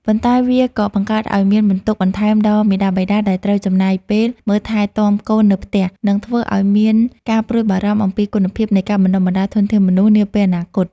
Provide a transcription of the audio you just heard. ប៉ុន្តែវាក៏បង្កើតឱ្យមានបន្ទុកបន្ថែមដល់មាតាបិតាដែលត្រូវចំណាយពេលមើលថែទាំកូននៅផ្ទះ និងធ្វើឱ្យមានការព្រួយបារម្ភអំពីគុណភាពនៃការបណ្ដុះបណ្ដាលធនធានមនុស្សនាពេលអនាគត។